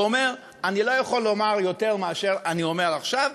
והוא אומר: אני לא יכול לומר יותר מאשר אני אומר עכשיו,